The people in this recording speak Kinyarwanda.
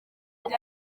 wari